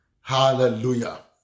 Hallelujah